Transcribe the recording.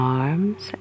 arms